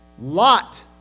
Lot